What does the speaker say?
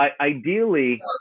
ideally